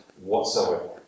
whatsoever